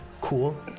Cool